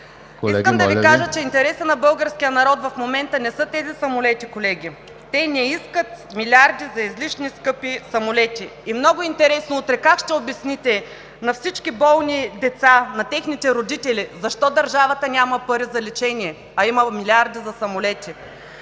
КРЪСТИНА ТАСКОВА: …интересът на българския народ в момента не са тези самолети, колеги. Те не искат милиарди за излишни скъпи самолети. Много интересно как ще обясните утре на всички болни деца и на техните родители защо държавата няма пари за лечение, а има милиарди за самолети?